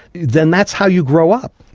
then that's how you grow up.